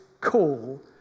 call